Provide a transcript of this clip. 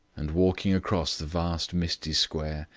and walking across the vast misty square,